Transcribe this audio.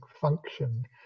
function